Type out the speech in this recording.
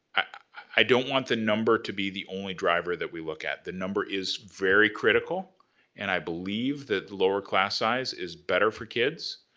i don't want the number to be the only driver that we look at. the number is very critical and i believe that lower class size is better for kids,